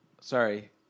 Sorry